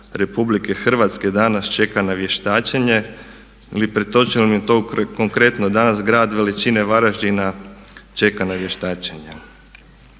Republike Hrvatske danas čeka na vještačenje ili pretočeno to konkretno danas grad veličine Varaždine čeka na vještačenja.